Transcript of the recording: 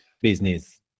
Business